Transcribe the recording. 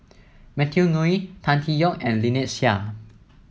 Matthew Ngui Tan Tee Yoke and Lynnette Seah